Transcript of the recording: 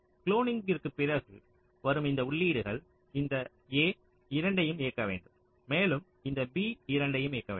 குளோனிங்கிற்குப் பிறகு வரும் இந்த உள்ளீடுகள் இந்த A இரண்டையும் இயக்க வேண்டும் மேலும் இந்த B இரண்டையும் இயக்க வேண்டும்